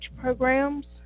programs